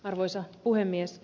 arvoisa puhemies